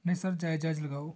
ਨਹੀਂ ਸਰ ਜਾਇਜ਼ ਜਾਇਜ਼ ਲਗਾਓ